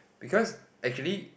because actually